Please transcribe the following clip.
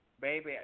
baby